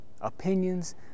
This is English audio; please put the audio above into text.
opinions